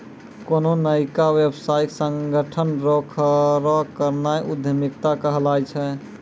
कोन्हो नयका व्यवसायिक संगठन रो खड़ो करनाय उद्यमिता कहलाय छै